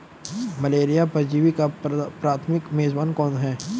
Malaria परजीवी का प्राथमिक मेजबान कौन है?